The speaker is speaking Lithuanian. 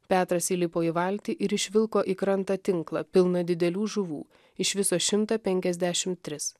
petras įlipo į valtį ir išvilko į krantą tinklą pilną didelių žuvų iš viso šimtą penkiasdešim tris